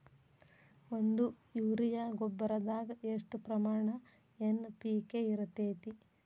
ಒಂದು ಯೂರಿಯಾ ಗೊಬ್ಬರದಾಗ್ ಎಷ್ಟ ಪ್ರಮಾಣ ಎನ್.ಪಿ.ಕೆ ಇರತೇತಿ?